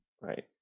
Right